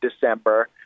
December